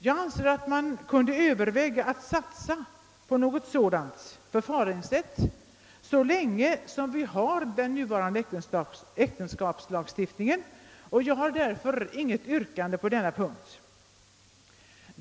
Jag anser att man kunde överväga att satsa på något sådant förfaringssätt, så länge vi har kvar nuvarande äktenskapslagstiftning, och jag har därför inget yrkande på denna punkt.